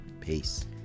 peace